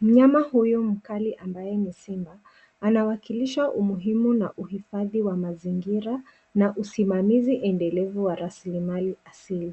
Mnyama huyu mkali ambaye ni simba anawakilisha umuhimu na uhifadhi wa mazingira na usimamizi endelevu wa rasilimali asili.